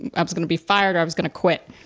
and i was gonna be fired, i was going to quit.